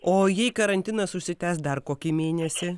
o jei karantinas užsitęs dar kokį mėnesį